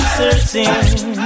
searching